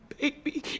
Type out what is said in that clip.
baby